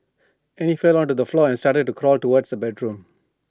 Annie fell onto the floor and started to crawl towards her bedroom